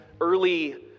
early